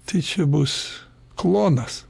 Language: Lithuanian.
tai čia bus klonas